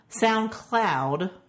SoundCloud